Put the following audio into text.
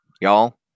Y'all